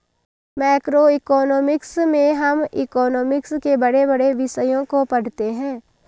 macroeconomics में हम economics के बड़े बड़े विषयों को पढ़ते हैं